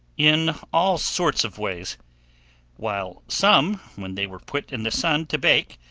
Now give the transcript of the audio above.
in all sorts of ways while some, when they were put in the sun to bake,